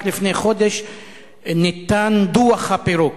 רק לפני חודש ניתן דוח הפירוק,